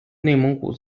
内蒙古